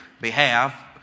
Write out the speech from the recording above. behalf